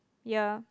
yeah